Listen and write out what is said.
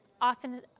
often